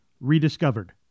rediscovered